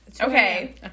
Okay